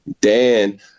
Dan